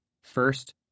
First